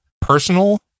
personal